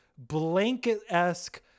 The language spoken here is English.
Blanket-esque